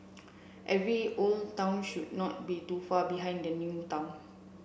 every old town should not be too far behind the new town